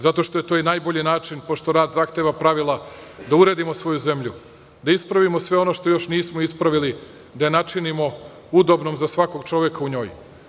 Zato što je to i najbolji način, pošto rad zahteva pravila, da uredimo svoju zemlju, da ispravimo sve ono što još nismo ispravili, da je načinimo udobnom za svakog čoveka u njoj.